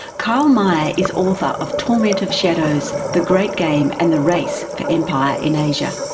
karl meyer is author of tournament of shadows the great game and the race for empire in asia.